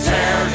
Tear